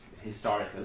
historical